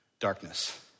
darkness